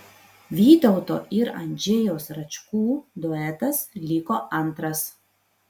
vytauto ir andžejaus račkų duetas liko antras